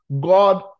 God